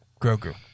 Grogu